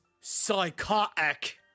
psychotic